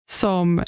som